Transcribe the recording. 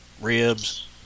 Ribs